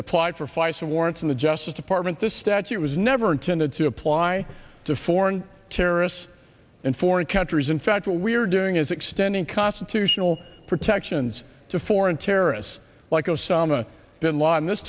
applied for feisal warrants in the justice department this statute was never intended to apply to foreign terrorists and foreign countries in fact what we're doing is extending constitutional protections to foreign terrorists like osama bin laden this